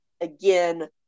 again